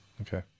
Okay